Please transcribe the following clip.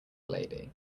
lady